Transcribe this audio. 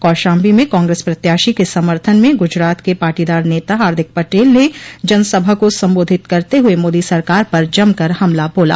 कौशाम्बी में कांग्रेस प्रत्याशी के समर्थन में गूजरात के पाटीदार नेता हार्दिक पटेल ने जनसभा को संबोधित करते हुए मोदी सरकार पर जमकर हमला बोला